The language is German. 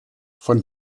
von